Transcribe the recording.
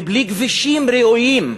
בלי כבישים ראויים,